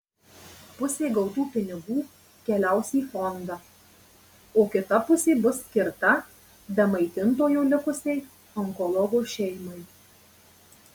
pusė gautų pinigų keliaus į fondą o kita pusė bus skirta be maitintojo likusiai onkologo šeimai